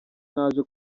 naje